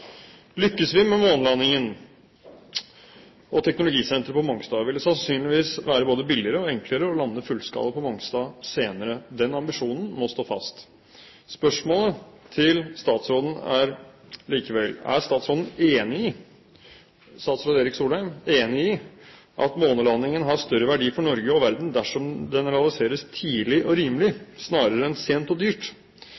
Lykkes vi med månelandingen og teknologisenteret på Mongstad, vil det sannsynligvis være både billigere og enklere å lande fullskala på Mongstad senere. Den ambisjonen må stå fast. Spørsmålene til statsråden er likevel: Er statsråd Erik Solheim enig i at månelandingen har større verdi for Norge og verden dersom den realiseres tidlig og rimelig,